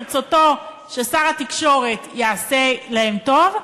ברצותו שר התקשורת יעשה להם טוב,